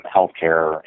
Healthcare